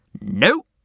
Nope